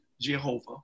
Jehovah